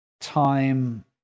time